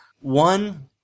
One